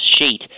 sheet